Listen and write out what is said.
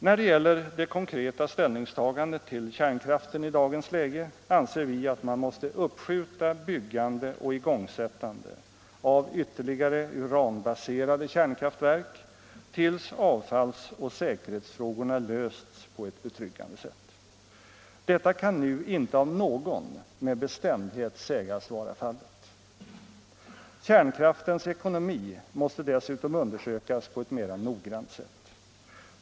När det gäller det konkreta ställningstagandet till kärnkraften i dagens läge anser vi att man måste uppskjuta byggande och igångsättande av ytterligare uranbaserade kärnkraftverk tills avfallsoch säkerhetsfrågorna lösts på ett betryggande sätt. Detta kan nu inte av någon med bestämdhet sägas vara fallet. Kärnkraftens ekonomi måste dessutom undersökas på ett mera noggrant sätt.